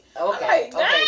okay